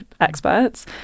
experts